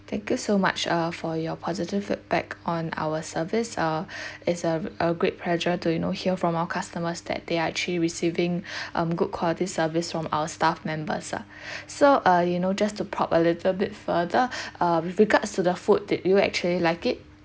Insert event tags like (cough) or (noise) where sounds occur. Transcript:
thank you so much uh for your positive feedback on our service uh (breath) is a a great pleasure to you know hear from our customers that they are actually receiving (breath) um good quality service from our staff members ah (breath) so uh you know just to probe a little bit further (breath) uh with regards to the food did you actually like it